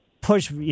push